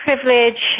privilege